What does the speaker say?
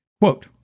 Quote